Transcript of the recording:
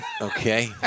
Okay